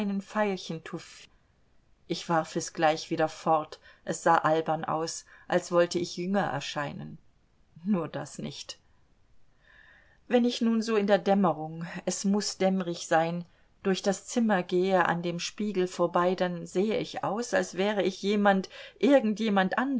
veilchentouffe ich warf es gleich wieder fort es sah albern aus als wollte ich jünger erscheinen nur das nicht wenn ich nun so in der dämmerung es muß dämmerig sein durch das zimmer gehe an dem spiegel vorbei dann sehe ich aus als wäre ich jemand irgend jemand